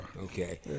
Okay